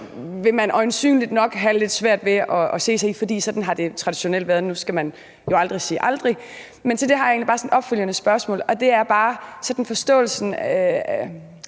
vil man nok have lidt svært ved at se sig i, for sådan har det traditionelt været. Men nu skal man jo aldrig sige aldrig. Men til det har jeg egentlig bare et opfølgende spørgsmål, og det er en uddybning af,